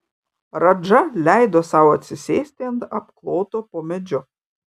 radža leido sau atsisėsti ant apkloto po medžiu